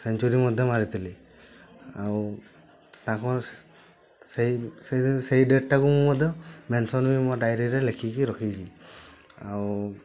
century ମଧ୍ୟ ମାରିଥିଲି ଆଉ ତାଙ୍କର ସେ ସେଇ ସେଇ ଦିନ ସେଇ ଡେଟ୍ଟାକୁ ମୁଁ ମଧ୍ୟ ମେନସନ୍ ବି ମୋ ଡାଇରୀରେ ଲେଖିକି ରଖିଛି ଆଉ